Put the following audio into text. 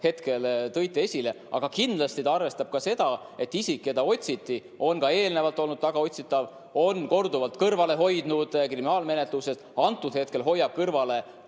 hetkel tõite esile. Aga kindlasti ta arvestab seda, et isik, keda otsiti, on ka eelnevalt olnud tagaotsitav, on korduvalt kõrvale hoidnud kriminaalmenetlusest, antud hetkel hoiab kõrvale